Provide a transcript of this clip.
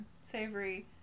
savory